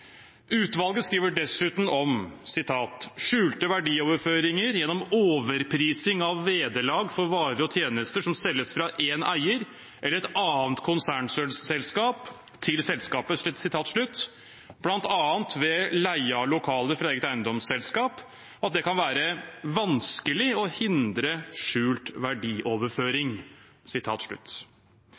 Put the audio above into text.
Utvalget skriver dessuten om «skjulte verdioverføringer gjennom overprising av vederlag for varer og tjenester som selges fra en eier, eller et annet konsernselskap, til selskapet», bl.a. «ved leie av lokaler fra eget eiendomsselskap», og at det kan være «vanskelig å hindre skjult verdioverføring».